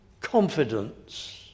confidence